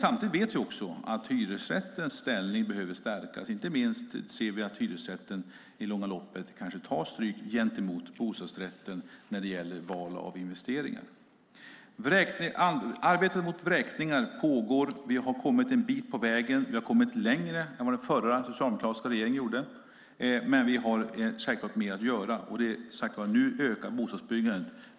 Samtidigt vet vi också att hyresrättens ställning behöver stärkas, inte minst ser vi att hyresrätten i långa loppet tar stryk gentemot bostadsrätten i fråga om val av investeringar. Arbetet mot vräkningar pågår. Vi har kommit en bit på vägen. Vi har kommit längre än vad den förra socialdemokratiska regeringen gjorde, men vi har självklart mer att göra. Nu ökar bostadsbyggandet.